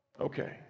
Okay